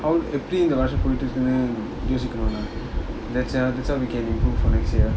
how எப்படியோசிக்கிறாங்க:eppadi yosikiranga that's eh that's how we can improve on next year